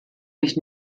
mich